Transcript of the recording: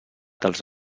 dels